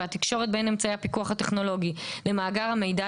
והתקשורת בין אמצעי הפיקוח הטכנולוגי למאגר המידע,